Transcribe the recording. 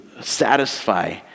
satisfy